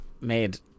made